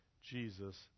Jesus